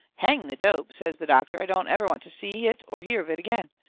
hang the dope! says the doctor, i don't ever want to see it or hear of it again!